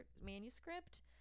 manuscript